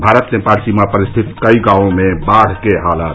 भारत नेपाल सीमा पर स्थित कई गांवों में बाढ़ के हालात